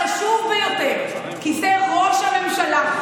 כבוד היושב-ראש, כנסת נכבדה,